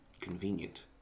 Convenient